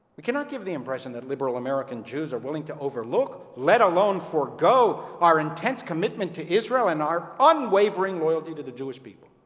we cannot give the impression that liberal american jews are willing to overlook, let alone, forego, our intense commitment to israel and our unwavering loyalty to the jewish people.